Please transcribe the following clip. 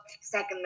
second